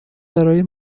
برای